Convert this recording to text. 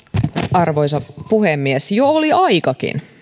arvoisa puhemies jo oli aikakin